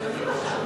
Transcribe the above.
והביטחון